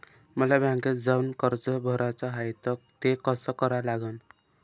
मले बँकेत जाऊन कर्ज भराच हाय त ते कस करा लागन?